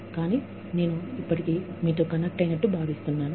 కానీ నేను ఇప్పటికీ మీతో కనెక్ట్ అయినట్లు భావిస్తున్నాను